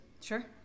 sure